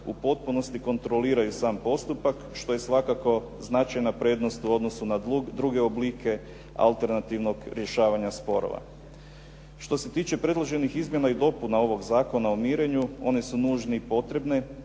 u potpunosti kontroliraju sam postupak što je svakako značajna prednost u odnosu na druge oblike alternativnog rješavanja sporova. Što se tiče predloženih izmjena i dopuna ovog Zakona o mirenju one su nužne i potrebne,